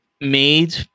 Made